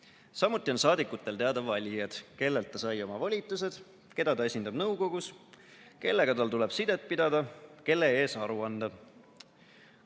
Samuti on saadikutel teada valijad, kellelt ta sai oma volitused, keda ta esindab nõukogus, kellega tal tuleb sidet pidada, kelle ees aru anda.